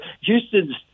Houston's